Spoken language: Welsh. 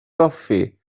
goffi